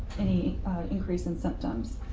any increase in symptoms.